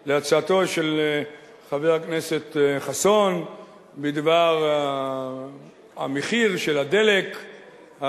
על הצעתו של חבר הכנסת חסון בדבר המחיר של הדלק,